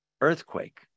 earthquake